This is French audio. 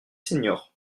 seniors